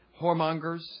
whoremongers